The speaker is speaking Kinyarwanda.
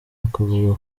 akavuga